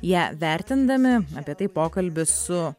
ją vertindami apie tai pokalbis su